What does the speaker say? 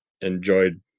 enjoyed